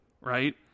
Right